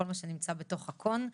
כל מה שנמצא בתוך ה-Con.